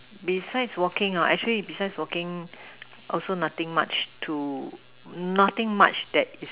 besides walking ah actually besides walking also nothing much to nothing much that is